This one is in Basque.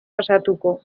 pasatuko